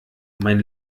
mein